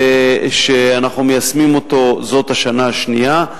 ואנחנו מיישמים אותו זו השנה השנייה.